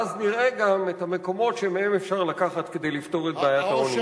ואז נראה גם את המקומות שמהם אפשר לקחת כדי לפתור את בעיית העוני.